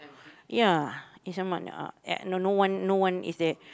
ya is a no one no one is there